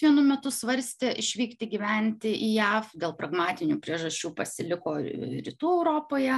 vienu metu svarstė išvykti gyventi į jav dėl pragmatinių priežasčių pasiliko rytų europoje